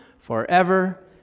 Forever